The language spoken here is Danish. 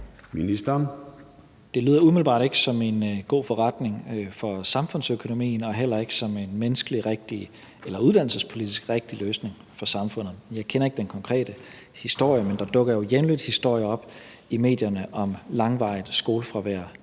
Det lyder umiddelbart ikke som en god forretning for samfundsøkonomien og heller ikke som en menneskeligt rigtig eller uddannelsespolitisk rigtig løsning for samfundet. Jeg kender ikke den konkrete historie, men der dukker jo jævnligt historier op i medierne om langvarigt skolefravær,